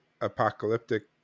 apocalyptic